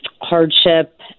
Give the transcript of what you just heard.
hardship